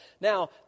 Now